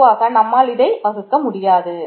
பொதுவாக நம்மால் இதை வகுக்க முடியாது